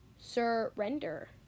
surrender